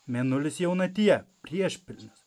mėnulis jaunatyje priešpilnis